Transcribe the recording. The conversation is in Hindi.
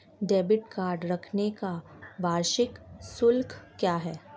डेबिट कार्ड रखने का वार्षिक शुल्क क्या है?